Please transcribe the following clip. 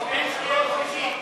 בין שנייה לשלישית.